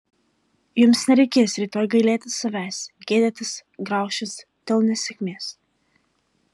jums nereikės rytoj gailėtis savęs gėdytis graužtis dėl nesėkmės